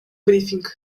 брифинг